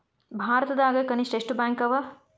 ಭಾರತದಾಗ ಕನಿಷ್ಠ ಎಷ್ಟ್ ಬ್ಯಾಂಕ್ ಅವ?